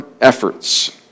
efforts